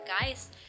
guys